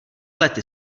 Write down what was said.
lety